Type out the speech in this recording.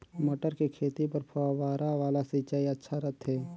मटर के खेती बर फव्वारा वाला सिंचाई अच्छा रथे?